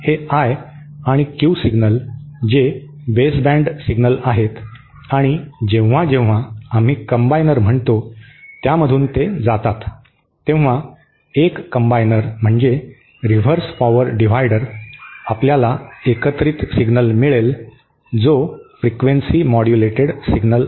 हे आय आणि Q signal जे बेसबँड सिग्नल आहेत आणि जेव्हा जेव्हा आम्ही कंबायनर म्हणतो त्यामधून ते जातात तेव्हा एक कंबायनर म्हणजे रिव्हर्स पॉवर डिव्हायडर आपल्याला एकत्रित सिग्नल मिळेल जो फ्रिक्वेन्सी मॉड्युलेटेड सिग्नल आहे